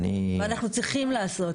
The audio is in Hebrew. ואנחנו צריכים לעשות.